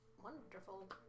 Wonderful